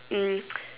um